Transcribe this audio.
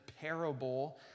parable